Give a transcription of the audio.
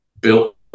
built